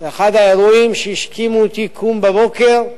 אחד האירועים שהשכימו אותי קום בבוקר,